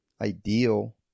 ideal